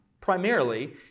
primarily